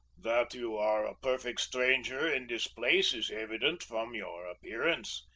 that you are a perfect stranger in this place is evident from your appearance,